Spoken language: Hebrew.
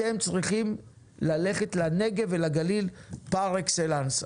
אתם צריכים ללכת לנגב ולגליל פאר אקסלנס.